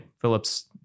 Phillips